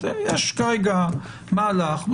יש מהלך.